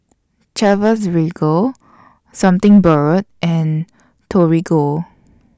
Chivas Regal Something Borrowed and Torigo